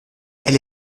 elle